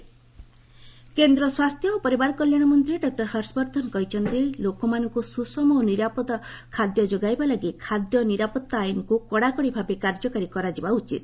ହର୍ଷବର୍ଦ୍ଧନ କେନ୍ଦ୍ରସ୍ୱାସ୍ଥ୍ୟ ଓ ପରିବାର କଲ୍ୟାଣ ମନ୍ତ୍ରୀ ଡକୁର ହର୍ଷବର୍ଦ୍ଧନ କହିଛନ୍ତି ଲୋକମାନଙ୍କୁ ସୁଷମ ଓ ନିରାପଦ ଖାଦ୍ୟ ଯୋଗାଇବା ଲାଗି ଖାଦ୍ୟ ନିରାପତ୍ତା ଆଇନକୁ କଡ଼ାକଡ଼ି ଭାବେ କାର୍ଯ୍ୟକାରୀ କରାଯିବା ଉଚିତ